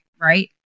right